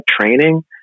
training